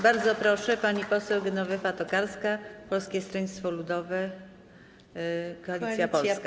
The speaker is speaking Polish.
Bardzo proszę, pani poseł Genowefa Tokarska, Polskie Stronnictwo Ludowe - Koalicja Polska.